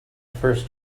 first